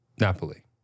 Napoli